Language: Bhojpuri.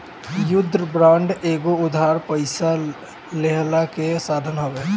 युद्ध बांड एगो उधार पइसा लेहला कअ साधन हवे